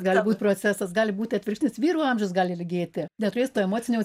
gali būt procesas gali būti atvirkštinis vyrų amžius gali ilgėti neturės to emociniaus